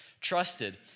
trusted